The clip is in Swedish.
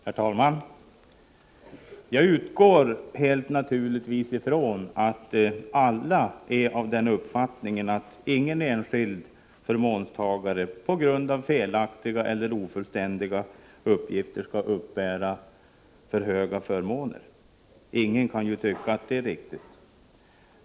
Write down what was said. Herr talman! Jag utgår helt naturligt från att alla är av den uppfattningen att ingen enskild förmånstagare på grund av felaktiga eller ofullständiga uppgifter skall få för stora förmåner. Ingen kan ju tycka att det vore riktigt.